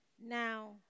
Now